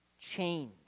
change